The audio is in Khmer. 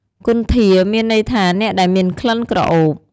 គន្ធា មានន័យថាអ្នកដែលមានក្លិនក្រអូប។